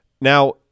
Now